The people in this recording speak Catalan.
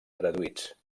traduïts